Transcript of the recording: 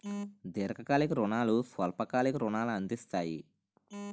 దీర్ఘకాలిక రుణాలు స్వల్ప కాలిక రుణాలు అందిస్తాయి